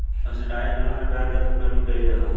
subsidised loan में ब्याज दर के कमी कइल जाला